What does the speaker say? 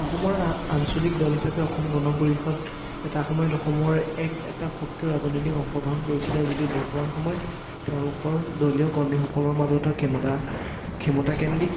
অসমৰ আঞ্চলিক দল হিচাপে অসম গণ পৰিষদ এটা সময়ত অসমৰ এক এটা সক্ৰিয় ৰাজনৈতিক অংশগ্ৰহণ কৰিছিলে যদিও বৰ্তমান সময়ত তেওঁলোকৰ দলীয় কৰ্মীসকলৰ মাজতো ক্ষমতা ক্ষমতাকেন্দ্ৰিক